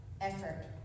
effort